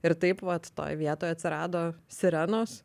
ir taip vat toj vietoj atsirado sirenos